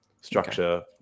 structure